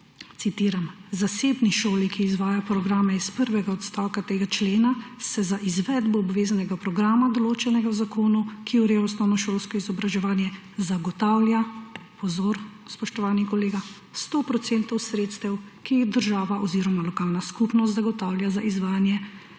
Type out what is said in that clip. citiram: »Zasebni šoli, ki izvaja programe iz prvega odstavka tega člena, se za izvedbo obveznega programa, določenega v zakonu, ki ureja ustavno šolsko izobraževanje zagotavlja, pozor, spoštovani kolega, 100 % sredstev, ki jih država oziroma lokalna skupnost zagotavlja za izvajanje